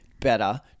better